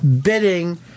bidding